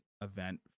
event